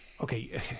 okay